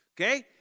Okay